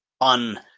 on